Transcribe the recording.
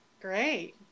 Great